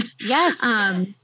Yes